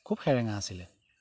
খুব সেৰেঙা আছিলে